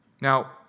Now